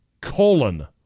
colon